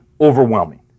overwhelming